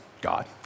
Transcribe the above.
God